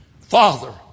Father